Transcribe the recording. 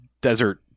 desert